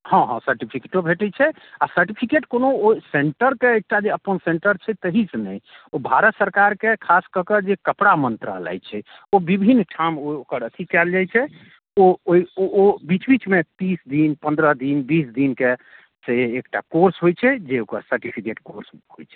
हँ हँ भेटैत छै सर्टिफ़िकेटो भेटैत छै आ सर्टिफ़िकेट कोनो ओ सेंटरके एकटा अपन सेंटर छै तहि से नहि छै ओ भारत सरकारके खास कऽ के जे कपड़ा मंत्रालय छै ओ विभिन्न ठाम ओकर अथी कयल जाइत छै ओ ओहि ओ ओ बीच बीचमे तीस दिन पंद्रह दिन बीस दिनके से एकटा कोर्स होइत छै से ओकर सर्टिफ़िकेट कोर्स होइत छै